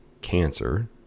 cancer